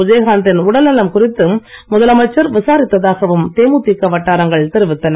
விஜயகாந்தி ன் உடல்நலம் குறித்து முதலமைச்சர் விசாரித்தாகவும் தேழுதிக வட்டாரங்கள் தெரிவித்தன